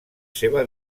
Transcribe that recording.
seva